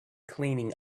cleaning